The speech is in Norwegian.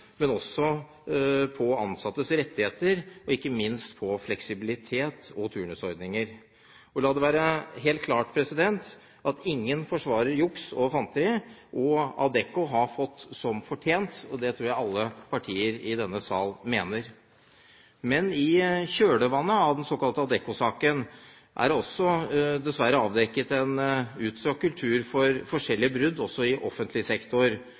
men også på ansattes rettigheter og ikke minst på fleksibilitet og turnusordninger. La det være helt klart at ingen forsvarer juks og fanteri, og Adecco har fått som fortjent – det tror jeg alle partier i denne sal mener. Men i kjølvannet av Adecco-saken er det også dessverre avdekket en utstrakt kultur for forskjellige brudd også i offentlig sektor.